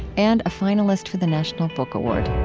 and a finalist for the national book award